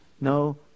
No